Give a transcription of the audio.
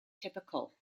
typical